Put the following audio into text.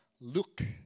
Luke